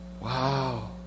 Wow